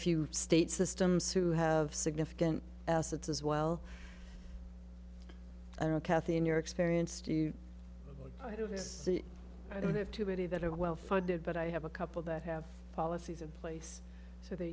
few state systems who have significant assets as well i don't kathy in your experience do you i don't have too many that are well funded but i have a couple that have policies in place so they